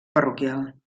parroquial